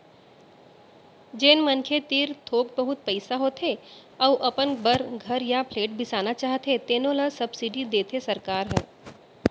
जेन मनखे तीर थोक बहुत पइसा होथे अउ अपन बर घर य फ्लेट बिसाना चाहथे तेनो ल सब्सिडी देथे सरकार ह